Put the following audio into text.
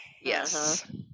Yes